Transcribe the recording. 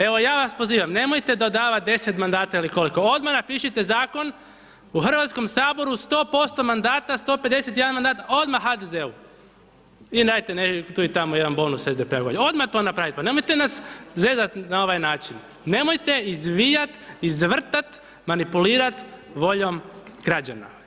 Evo ja vas pozivam nemojte dodavat 10 mandata ili koliko, odmah napišite zakon u Hrvatskom saboru 100% mandata, a 151 mandat odmah HDZ-u i dajte .../nerazumljivo/... tu i tamo jedan bonus SDP-u, odmah to napravite, pa nemojte nas zezat na ovaj način, nemojte izvijati, izvrtati, manipulirati voljom građana.